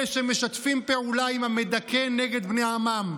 אלה שמשתפים פעולה עם המדכא נגד בני עמם.